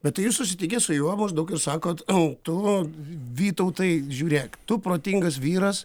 bet tai jūs susitikę su juo maždaug ir sakot tu vytautai žiūrėk tu protingas vyras